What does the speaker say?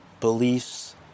beliefs